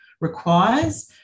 requires